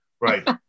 right